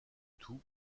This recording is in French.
tout